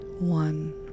one